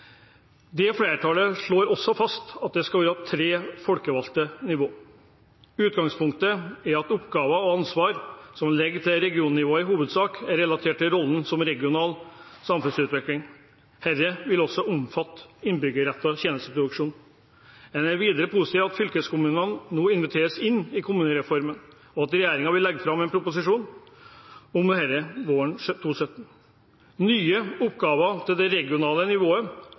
Det flertallet slår også fast at det skal være tre folkevalgte nivå. Utgangspunktet er at oppgaver og ansvar som legges til regionnivået, i hovedsak er relatert til rollen som regional aktør for samfunnsutvikling. Dette vil også omfatte innbyggerrettet tjenesteproduksjon. En er videre positiv til at fylkeskommunene nå inviteres inn i kommunereformen, og at regjeringen vil legge fram proposisjoner om dette våren 2017. Nye oppgaver til